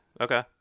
Okay